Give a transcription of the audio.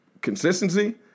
consistency